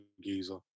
geezer